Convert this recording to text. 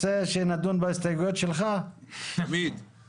הוגשו לנו שלוש הסתייגויות של חבר הכנסת אקוניס וקבוצת הליכוד,